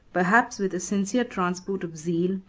perhaps with a sincere transport of zeal,